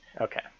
Okay